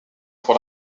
pour